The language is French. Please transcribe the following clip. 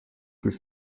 plus